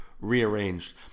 Rearranged